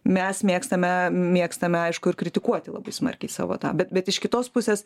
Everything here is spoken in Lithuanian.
mes mėgstame mėgstame aišku ir kritikuoti labai smarkiai savo na bet bet iš kitos pusės